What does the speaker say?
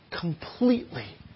completely